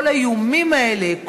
כל האיומים האלה,